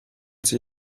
sie